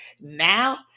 now